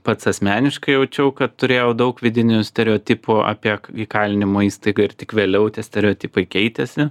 pats asmeniškai jaučiau kad turėjau daug vidinių stereotipų apie įkalinimo įstaigą ir tik vėliau tie stereotipai keitėsi